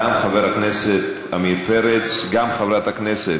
חברת הכנסת